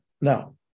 Now